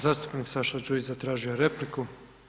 Zastupnik Saša Đujić zatražio je repliku.